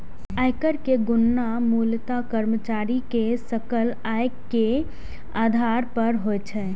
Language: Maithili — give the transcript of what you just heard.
आयकर के गणना मूलतः कर्मचारी के सकल आय के आधार पर होइ छै